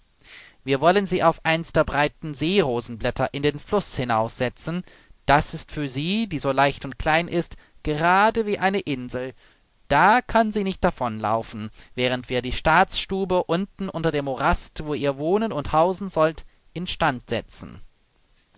wir wollen sie auf eins der breiten seerosenblätter in den fluß hinaussetzen das ist für sie die so leicht und klein ist gerade wie eine insel da kann sie nicht davonlaufen während wir die staatsstube unten unter dem morast wo ihr wohnen und hausen sollt in stand setzen